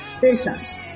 patience